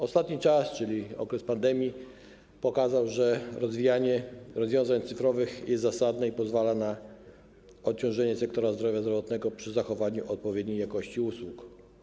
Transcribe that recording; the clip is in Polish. Ostatni czas, czyli okres pandemii, pokazał, że rozwijanie rozwiązań cyfrowych jest zasadne i pozwala na odciążenie sektora ochrony zdrowia przy zachowaniu odpowiedniej jakości usług.